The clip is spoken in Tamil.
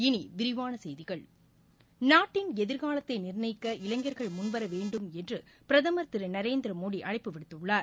இனி விரிவான செய்திகள் நாட்டின் எதிர்காலத்தை நிர்ணயிக்க இளைஞர்கள் முன்வர வேண்டும் என்று பிரதமர் திரு நரேந்திரமோடி அழைப்பு விடுத்துள்ளார்